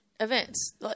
Events